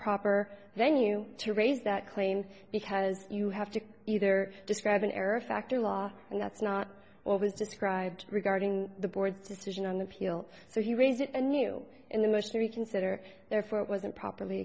proper venue to raise that claim because you have to either describe an error factor law and that's not always described regarding the board's decision on the pill so he raised it anew in the most reconsider therefore it wasn't properly